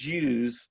Jews